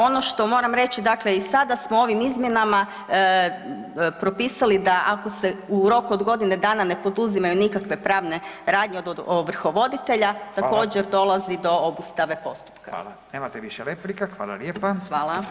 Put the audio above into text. Ono što moram reći i sada smo ovim izmjenama propisali da ako se u roku od godine dana ne poduzimaju nikakve pravne radnje od ovrhovoditelja također dolazi do obustave postupka.